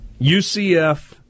UCF